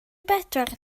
bedwar